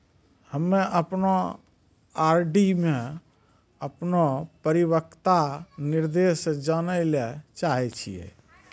हम्मे अपनो आर.डी मे अपनो परिपक्वता निर्देश जानै ले चाहै छियै